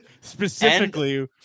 specifically